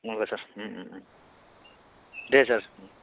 नंगौ सार दे सार